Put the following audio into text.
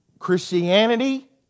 Christianity